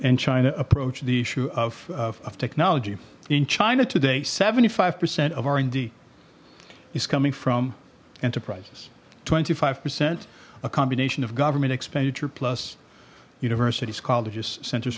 china approached the issue of technology in china today seventy five percent of r and d is coming from enterprises twenty five percent a combination of government expenditure plus universities colleges centers